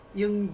yung